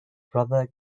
brother